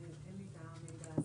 אין לי את המידע הזה.